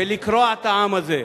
לקרוע את העם הזה.